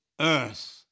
earth